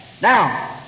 Now